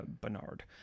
Bernard